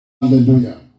Hallelujah